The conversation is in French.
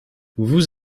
vous